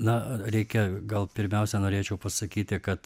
na reikia gal pirmiausia norėčiau pasakyti kad